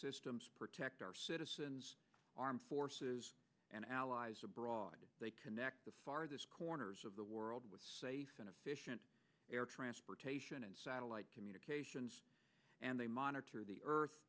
systems protect our citizens armed forces and allies abroad they connect the farthest corners of the world with safe and efficient air transportation and satellite communications and they monitor the earth